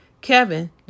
Kevin